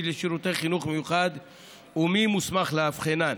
לשירותי חינוך מיוחדים ומי מוסמך לאבחנן,